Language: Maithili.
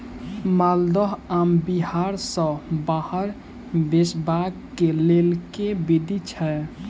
माल्दह आम बिहार सऽ बाहर बेचबाक केँ लेल केँ विधि छैय?